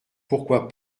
pourquoi